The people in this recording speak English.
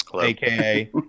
aka